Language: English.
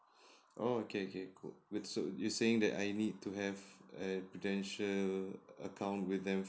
oh okay okay cool wait so you're saying that I need to have a prudential account with them